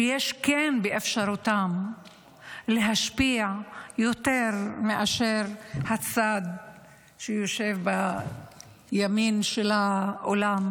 שיש באפשרותם להשפיע יותר מאשר מהצד שיושב בימין של האולם.